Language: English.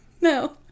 No